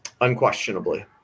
Unquestionably